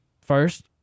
first